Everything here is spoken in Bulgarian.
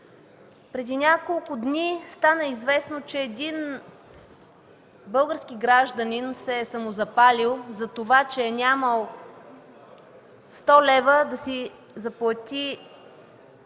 Преди няколко дни стана известно, че един български гражданин се е самозапалил за това, че е нямал 100 лв. да си заплати онкологично